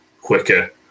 quicker